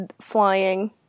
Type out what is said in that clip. flying